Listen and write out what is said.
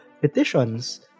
petitions